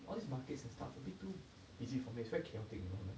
all these markets and stuff a bit too busy for me it's very chaotic you know like